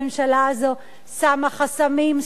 הממשלה הזאת שמה חסמים,